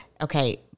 okay